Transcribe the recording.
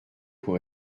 pour